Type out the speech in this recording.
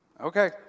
Okay